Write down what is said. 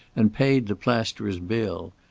and paid the plasterer's bill.